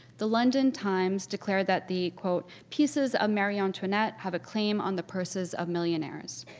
the london times declared that the, quote, pieces of mary antoinette have a claim on the purses of millionaires.